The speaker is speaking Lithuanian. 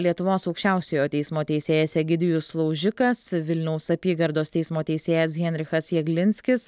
lietuvos aukščiausiojo teismo teisėjas egidijus laužikas vilniaus apygardos teismo teisėjas henrichas jaglinskis